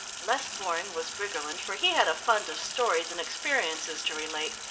less boring was briggerland, for he had a fund of stories and experiences to relate,